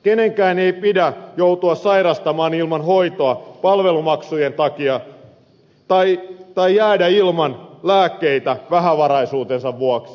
kenenkään ei pidä joutua sairastamaan ilman hoitoa palvelumaksujen takia tai jäädä ilman lääkkeitä vähävaraisuutensa vuoksi